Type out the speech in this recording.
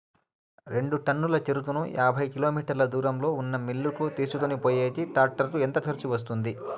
రెండు టన్నుల చెరుకును యాభై కిలోమీటర్ల దూరంలో ఉన్న మిల్లు కు తీసుకొనిపోయేకి టాక్టర్ కు ఎంత ఖర్చు వస్తుంది?